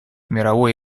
мировой